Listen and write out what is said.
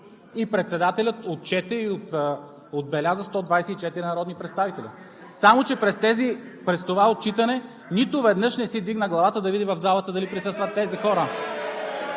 Председателят отчете и отбеляза 124 народни представители, само че при това отчитане нито веднъж не си вдигна главата да види в залата дали присъстват тези хора.